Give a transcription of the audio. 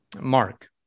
Mark